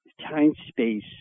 time-space